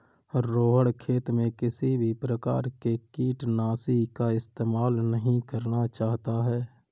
रोहण खेत में किसी भी प्रकार के कीटनाशी का इस्तेमाल नहीं करना चाहता है